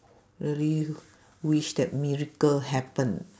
really wish that miracle happen